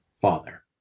father